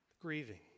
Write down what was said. grieving